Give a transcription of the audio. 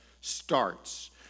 starts